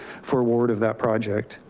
for award of that project.